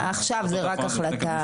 עכשיו זו רק החלטה, כן.